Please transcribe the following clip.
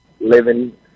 Living